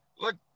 look